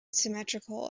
symmetrical